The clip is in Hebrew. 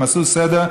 והם עשו סדר,